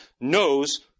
knows